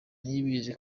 niyibizi